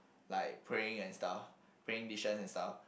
like praying and stuff praying dishes and stuff